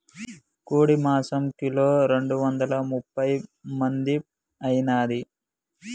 కోడి మాంసం కిలో రెండు వందల ముప్పై మంది ఐనాది